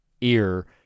ear